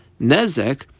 nezek